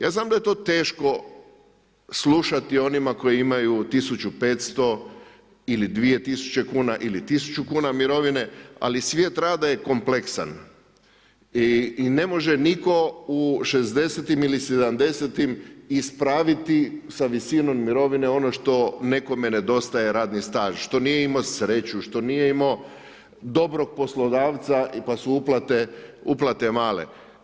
Ja znam da je to teško, slušati onima koji imaju 1500 ili 2000 kn ili 1000 kn mirovina, ali svijet rada je kompleksan i ne može nitko u 60-tim ili 70- tim ispraviti sa visinu mirovinu ono što nekome nedostaje radni staž, što nije imao sreću, što nije imao dobrog poslodavca, pa su uplate male.